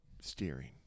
steering